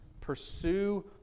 Pursue